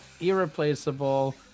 irreplaceable